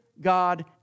God